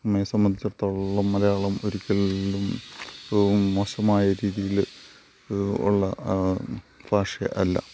നമ്മെ സംബന്ധിച്ചിടത്തോളം മലയാളം ഒരിക്കലും മോശമായ രീതിയിൽ ഉള്ള ഭാഷ അല്ല